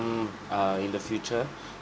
mm err in the future